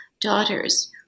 daughters